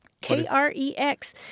K-R-E-X